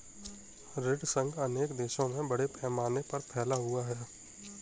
ऋण संघ अनेक देशों में बड़े पैमाने पर फैला हुआ है